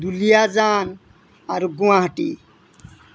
দুলিয়াজান আৰু গুৱাহাটী